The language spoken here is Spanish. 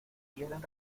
quieren